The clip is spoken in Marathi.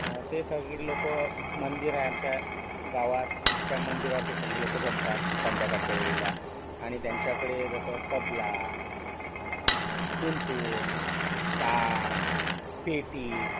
ते सगळे लोक मंदिर आहे आमच्या गावात त्या मंदिरावरती सगळे लोक जमतात संध्याकाळच्या वेळेला आणि त्यांच्याकडे जसं तबला टुन टुन टाळ पेटी